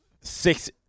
six